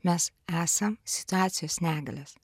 mes esam situacijos negalios